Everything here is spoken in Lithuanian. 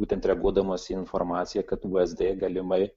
būtent reaguodamas į informaciją kad vsd galimai